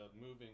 moving